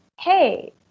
hey